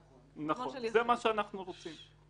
נכון, זה מה שאנחנו רוצים.